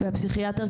והפסיכיאטר,